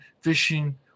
fishing